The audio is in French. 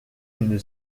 une